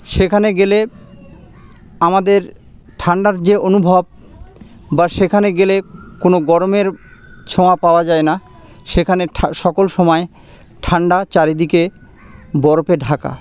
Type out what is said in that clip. সেখানে গেলে আমাদের ঠান্ডার যে অনুভব বা সেখানে গেলে কোনো গরমের ছোঁয়া পাওয়া যায় না সেখানে সকল সময় ঠান্ডা চারিদিকে বরফে ঢাকা